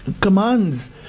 commands